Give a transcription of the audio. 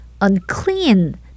unclean